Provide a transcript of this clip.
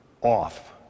off